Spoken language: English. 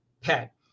PET